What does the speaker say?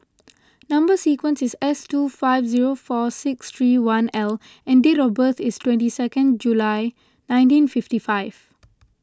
Number Sequence is S two five zero four six three one L and date of birth is twenty second July nineteen fifty five